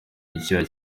icyuya